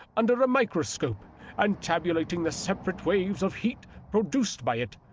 under a microscope and tabulating the separate waves of heat produced by it,